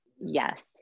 Yes